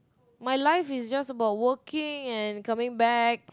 my life is just about working and coming back